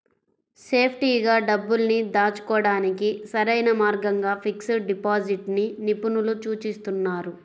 సేఫ్టీగా డబ్బుల్ని దాచుకోడానికి సరైన మార్గంగా ఫిక్స్డ్ డిపాజిట్ ని నిపుణులు సూచిస్తున్నారు